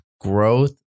growth